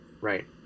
Right